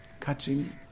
catching